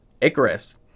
Icarus